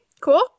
cool